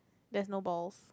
there's no balls